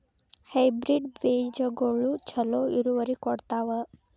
Hybrid ಬೇಜಗೊಳು ಛಲೋ ಇಳುವರಿ ಕೊಡ್ತಾವ?